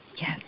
yes